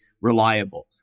reliable